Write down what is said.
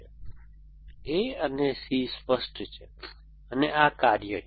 A અને C સ્પષ્ટ છે અને આ કાર્ય કરે છે